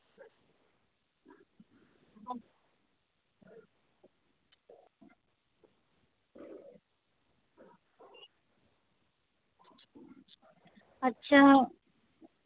ᱟᱪᱪᱷᱟ